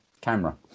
camera